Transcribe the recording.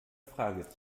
frage